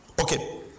Okay